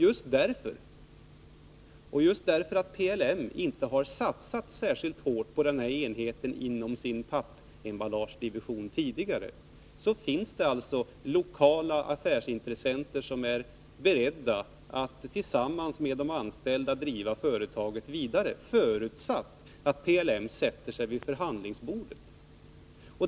Eftersom PLM tidigare inte har satsat särskilt hårt på den här enheten inom sin pappemballagedivision, finns det alltså lokala affärsintressenter som är beredda att tillsammans med de anställda driva företaget vidare, förutsatt att PLM sätter sig vid förhandlingsbordet.